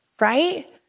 right